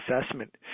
assessment